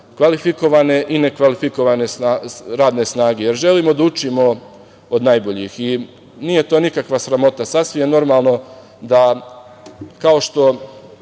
kvalifikovane i ne kvalifikovane radne snage, jer želimo da učimo od najboljih. Nije to nikakva sramota. Sasvim je normalno da, kao što